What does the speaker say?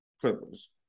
Clippers